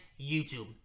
YouTube